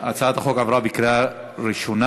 הצעת החוק עברה בקריאה שנייה.